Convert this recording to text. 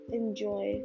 enjoy